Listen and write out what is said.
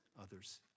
others